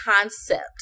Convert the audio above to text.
concept